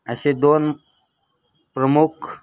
असे दोन प्रमुख